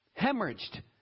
hemorrhaged